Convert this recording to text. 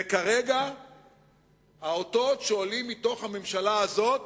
וכרגע האותות שעולים מתוך הממשלה הזאת